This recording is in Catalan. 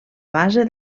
base